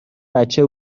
بچه